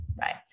right